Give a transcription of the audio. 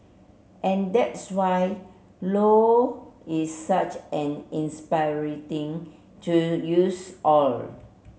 and that's why Low is such an inspiration in to use all